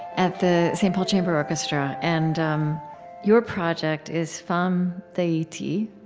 at the saint paul chamber orchestra. and um your project is fanm d'ayiti.